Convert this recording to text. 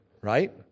right